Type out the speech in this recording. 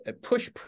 push